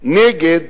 שהיה נגד,